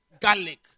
garlic